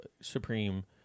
supreme